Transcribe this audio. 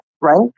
right